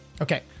Okay